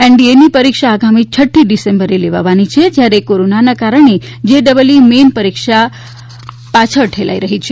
એનડીએની પરીક્ષા આગામી છઠ્ઠી ડિસેમ્બરે લેવાવાની છે જ્યારે કોરોનાના કારણે જેઈઈ મેઇન પરીક્ષા પણ પાછળ ઠેલાઈ રહી છે